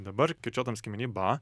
dabar kirčiuotam skiemeny ba